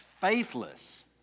faithless